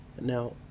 now